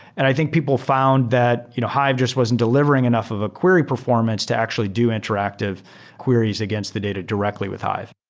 and i think people found that you know hive just wasn't delivering enough of a query performance to actually do interactive queries against the data directly with hive.